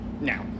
Now